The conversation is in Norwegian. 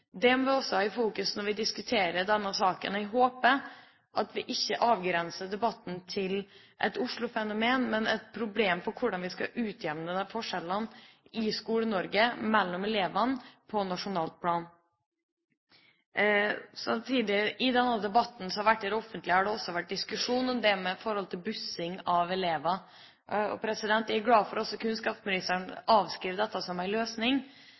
Det må vi også ha i fokus når vi diskuterer denne saken. Jeg håper at vi ikke avgrenser debatten til et Oslo-fenomen, men et problem for hvordan vi skal utjevne forskjellene i Skole-Norge mellom elevene på nasjonalt plan. I den debatten som har vært i det offentlige, har det også vært diskusjon om det med bussing av elever. Jeg er glad for at kunnskapsministeren avskriver dette som en løsning,